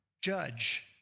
judge